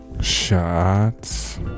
Shots